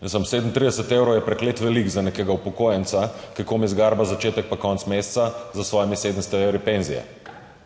37 evrov je prekleto veliko za nekega upokojenca, ki komaj zgarba začetek pa konec meseca s svojimi 700 evri penzije.